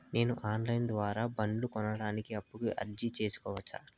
నేను online ద్వారా బండ్లు కొనడానికి అప్పుకి అర్జీ సేసుకోవచ్చా?